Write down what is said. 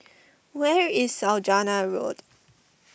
where is Saujana Road